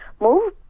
move